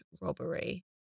robbery